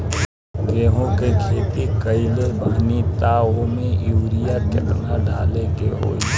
गेहूं के खेती कइले बानी त वो में युरिया केतना डाले के होई?